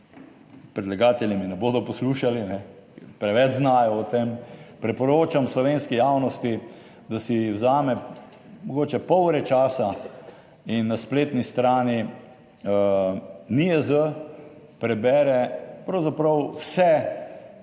predlagatelji me ne bodo poslušali, preveč znajo o tem, priporočam slovenski javnosti, da si vzame mogoče pol ure časa in na spletni strani NIJZ prebere pravzaprav vse,